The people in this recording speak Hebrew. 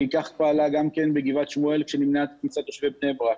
כך היא פעלה גם בגבעת שמואל כשנמנעה כניסת תושבי בני ברק.